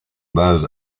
base